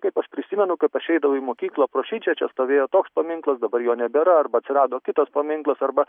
kaip aš prisimenu kaip aš eidavau į mokyklą pro šičia čia stovėjo toks paminklas dabar jo nebėra arba atsirado kitas paminklas arba